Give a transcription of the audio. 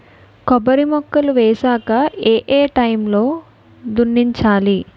కొబ్బరి మొక్కలు వేసాక ఏ ఏ టైమ్ లో దున్నించాలి?